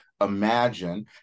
imagine